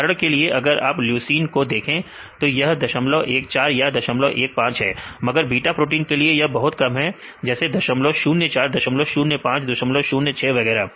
उदाहरण के लिए अगर आप लूसीन 9leucine को देखें तो यह 014 या 015 है मगर बीटा प्रोटीन के लिए यह बहुत ही कम है जैसे 004 005 006 वगैरह